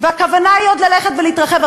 והכוונה היא עוד ללכת ולהתרחב.